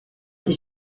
est